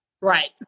Right